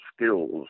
skills